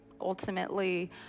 Ultimately